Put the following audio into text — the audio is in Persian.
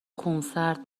خونسرد